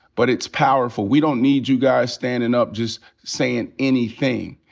but it's powerful. we don't need you guys standin' up just sayin' anything.